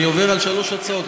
אני עובר על שלוש הצבעות,